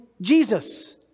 Jesus